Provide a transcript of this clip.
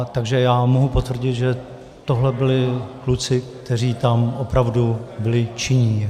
Takže já mohu potvrdit, že tohle byli kluci, kteří tam opravdu byli činní.